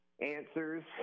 answers